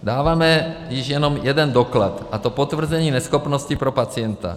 Dáváme již jenom jeden doklad, a to potvrzení neschopnosti pro pacienta.